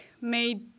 made